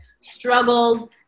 struggles